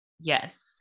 Yes